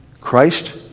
Christ